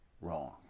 Wrong